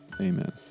amen